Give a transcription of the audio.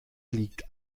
liegt